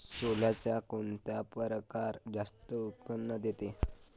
सोल्याचा कोनता परकार जास्त उत्पन्न देते?